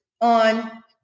on